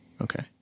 Okay